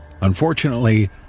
Unfortunately